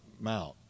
Mount